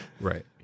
right